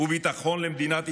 וביטחון למדינת ישראל,